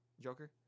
Joker